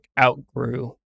outgrew